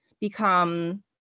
become